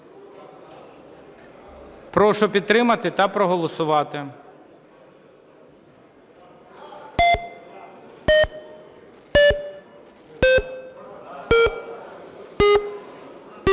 Прошу підтримати та проголосувати.